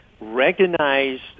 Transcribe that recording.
recognized